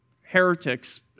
heretics